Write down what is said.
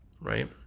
right